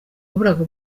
waburaga